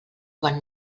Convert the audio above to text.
quan